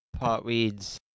Potweeds